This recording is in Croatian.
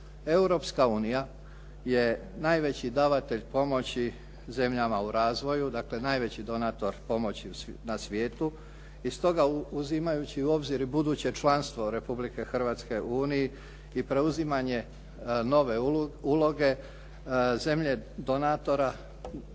Europska unija je najveći davatelj pomoći zemljama u razvoju, dakle najveći donator pomoći na svijetu i stoga uzimajući u obzir i buduće članstvo Republike Hrvatske u Uniji i preuzimanje nove uloge zemlje donatora,